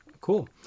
cool